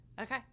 Okay